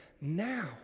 now